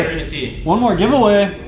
one more giveaway?